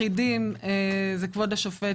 ביחידים זה כבוד השופט